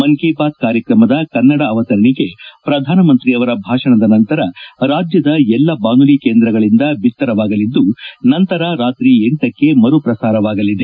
ಮನ್ ಕಿ ಬಾತ್ ಕಾರ್ಯಕ್ರಮದ ಕನ್ನಡ ಅವತರಣಿಕೆ ಪ್ರಧಾನಮಂತ್ರಿ ಅವರ ಭಾಷಣದ ನಂತರ ರಾಜ್ಯದ ಎಲ್ಲಾ ಬಾನುಲಿ ಕೇಂದ್ರಗಳಿಂದ ಬಿತ್ತರವಾಗಲಿದ್ದು ನಂತರ ರಾತ್ರಿ ಲಕ್ಕೆ ಮರು ಪ್ರಸಾರವಾಗಲಿದೆ